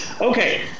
Okay